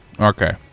Okay